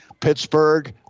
Pittsburgh